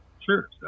sure